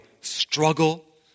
struggle